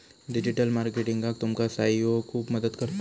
digital मार्केटिंगाक तुमका SEO खूप मदत करता